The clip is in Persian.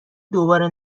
دوباره